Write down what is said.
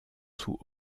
sous